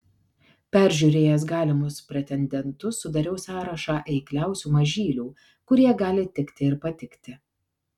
peržiūrėjęs galimus pretendentus sudariau sąrašą eikliausių mažylių kurie gali tikti ir patikti